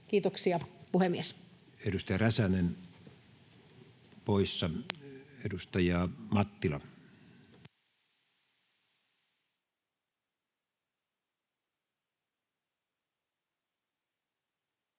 Kiitoksia, puhemies. Edustaja Räsänen poissa. — Edustaja Mattila.